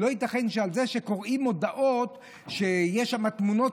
לא ייתכן שכשקורעים מודעות שיש בהן תמונות